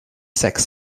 sex